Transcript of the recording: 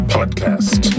Podcast